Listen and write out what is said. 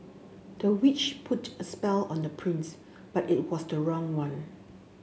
the witch put a spell on the prince but it was the wrong one